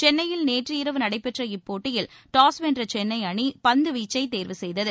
சென்னையில் நேற்று இரவு நடைபெற்ற இப்போட்டியில் டாஸ் வென்ற சென்னை அணி பந்து வீச்சை தேர்வு செய்தது